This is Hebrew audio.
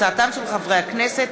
תודה.